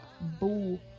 boo